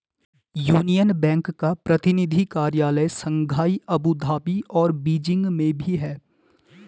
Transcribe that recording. union Bank का प्रतिनिधि कार्यालय शंघाई अबू धाबी और बीजिंग में भी है